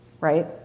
right